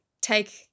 take